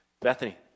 Bethany